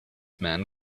man